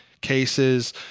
cases